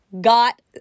got